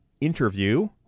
interview